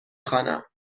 خوانم